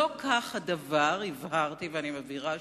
לא כך הדבר, הבהרתי ואני מבהירה שוב,